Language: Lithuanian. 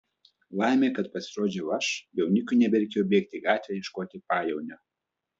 laimė kad pasirodžiau aš jaunikiui nebereikėjo bėgti į gatvę ieškoti pajaunio